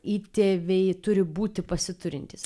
įtėviai turi būti pasiturintys